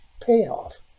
payoff